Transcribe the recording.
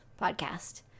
podcast